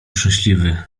szczęśliwy